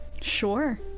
sure